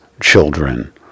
children